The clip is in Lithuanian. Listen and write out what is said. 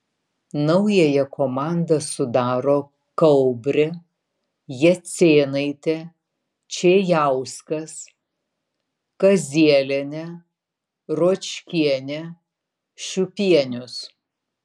naująją komandą sudaro kaubrė jacėnaitė čėjauskas kazielienė ruočkienė šiupienius